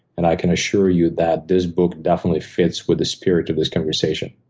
and i can assure you that this book definitely fits with the spirit of this conversation.